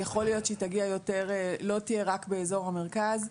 יכול להיות שהחלופה הזאת לא תהיה רק באזור המרכז.